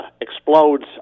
explodes